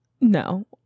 No